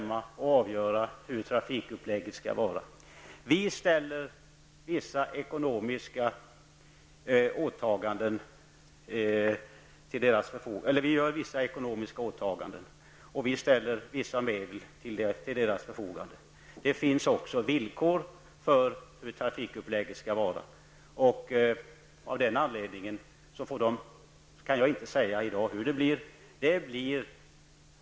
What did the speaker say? De får alltså avgöra hur trafikupplägget skall vara. Vi har vissa ekonomiska åtaganden och ställer en del medel till deras förfogande. Det finns också villkor uppställda för hur trafikupplägget skall vara. Av den anledningen kan jag inte i dag säga hur det blir.